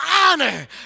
honor